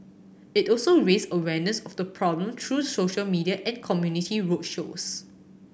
it also raised awareness of the problem through social media and community road shows